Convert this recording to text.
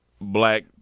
black